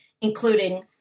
including